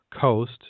coast